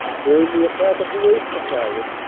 during the attack of the eighth. battalion,